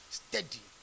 steady